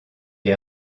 est